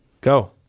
go